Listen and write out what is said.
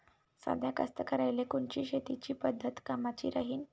साध्या कास्तकाराइले कोनची शेतीची पद्धत कामाची राहीन?